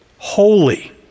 Holy